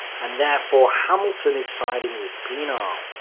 and therefore hamilton is siding with pienaar.